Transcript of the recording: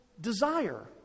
desire